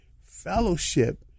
fellowship